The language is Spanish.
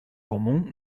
común